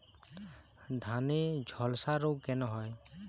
ধানে ঝলসা রোগ কেন হয়?